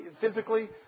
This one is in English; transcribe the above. physically